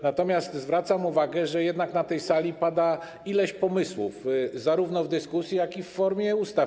Natomiast zwracam uwagę, że jednak na tej sali pada ileś pomysłów zarówno w dyskusji, jak i w formie ustaw.